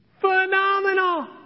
phenomenal